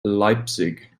leipzig